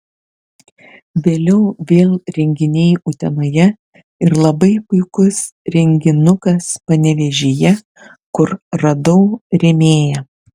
vėliau vėl renginiai utenoje ir labai puikus renginukas panevėžyje kur radau rėmėją